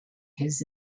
his